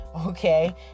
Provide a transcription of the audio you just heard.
okay